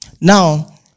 Now